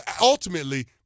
ultimately